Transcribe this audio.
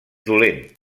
dolent